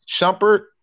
Shumpert